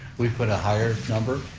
we put a higher number,